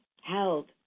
held